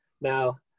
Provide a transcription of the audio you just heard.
Now